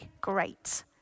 great